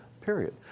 period